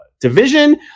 division